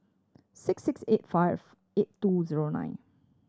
six six eight five eight two zero nine